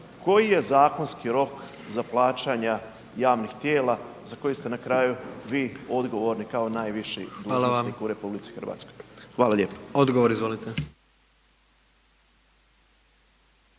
koji je zakonski rok za plaćanja javnih tijela za koji ste na kraju vi odgovorni kao najviši dužnosnik …/Upadica: Hvala vam/… u RH? Hvala lijepo. **Jandroković,